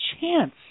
chance